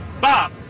bob